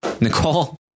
Nicole